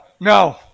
no